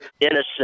innocent